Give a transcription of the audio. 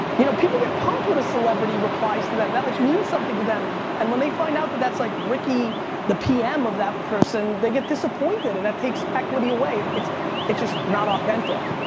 you know people get pumped when a celebrity replies to them, that like means something to them and when they find out that that's like ricky the pm of that person they get disappointed and that takes equity away. it's it's just not authentic.